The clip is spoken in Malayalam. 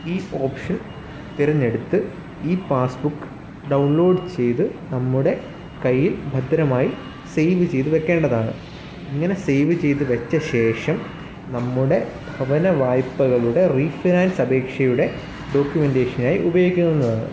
ഈ ഓപ്ഷൻ തിരഞ്ഞെടുത്ത് ഇ പാസ്സ്ബുക്ക് ഡൗൺലോഡ് ചെയ്ത് നമ്മുടെ കയ്യിൽ ഭദ്രമായി സേവ് ചെയ്ത് വെക്കേണ്ടതാണ് ഇങ്ങനെ സേവ് ചെയ്ത് വെച്ചശേഷം നമ്മുടെ ഭവനവായ്പ്പകളുടെ റീഫിനാൻസ് അപേക്ഷയുടെ ഡോക്യൂമെന്റേഷനായി ഉപയോഗിക്കാവുന്നതാണ്